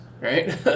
right